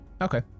Okay